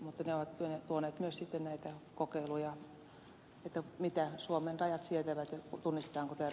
mutta ne ovat tuoneet sitten myös näitä kokeiluja mitä suomen rajat sietävät tunnistetaanko täällä ihmiskauppa